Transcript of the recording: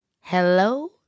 Hello